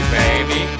baby